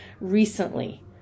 recently